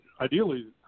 ideally